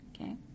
okay